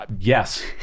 yes